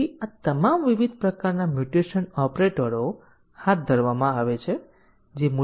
હવે આગળનો પ્રશ્ન એ છે કે ફોલ્ટ આધારિત ટેસ્ટીંગ દ્વારા તમે શું સમજો છો